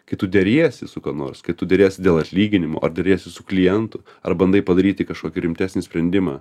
kai tu deriesi su kuo nors kai tu deriesi dėl atlyginimo ar deriesi su klientu ar bandai padaryti kažkokį rimtesnį sprendimą